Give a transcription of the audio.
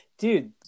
Dude